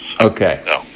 Okay